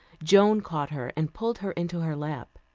joan caught her and pulled her into her lap.